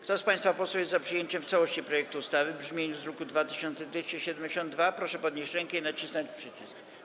Kto z państwa posłów jest za przyjęciem w całości projektu ustawy w brzmieniu z druku nr 2272, proszę podnieść rękę i nacisnąć przycisk.